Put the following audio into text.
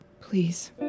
Please